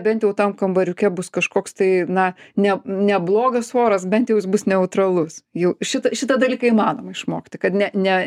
bent jau tam kambariuke bus kažkoks tai na ne ne blogas oras bent jau jis bus neutralus jau šitą šitą dalyką įmanoma išmokti kad ne ne